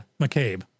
McCabe